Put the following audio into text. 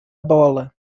bola